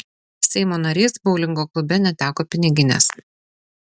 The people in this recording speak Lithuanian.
seimo narys boulingo klube neteko piniginės